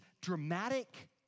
dramatic